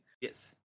Yes